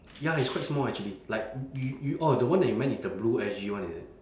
ya it's quite small actually like you you orh the one that you meant is the blue S_G one is it